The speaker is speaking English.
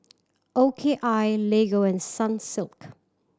O K I Lego and Sunsilk